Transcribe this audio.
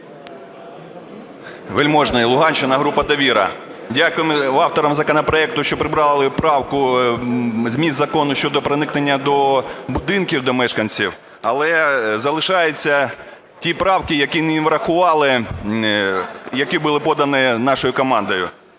Вельможний, Луганщина, група "Довіра". Дякую авторам законопроекту, що прибрали правку зі змісту закону щодо проникнення до будинків, до мешканців. Але залишаються ті правки, які не врахували, які були подані нашою командою.